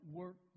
work